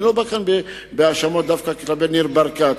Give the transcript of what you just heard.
אני לא בא כאן בהאשמות דווקא כלפי ניר ברקת.